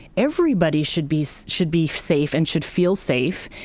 everybody should be so should be safe and should feel safe.